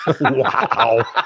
Wow